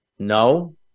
No